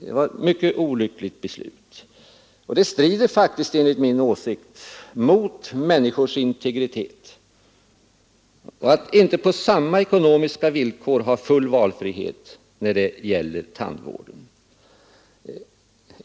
Det var mycket olyckligt, och det strider faktiskt enligt min åsikt mot människors integritet att inte på samma ekonomiska villkor ha full valfrihet när det gäller tandvården.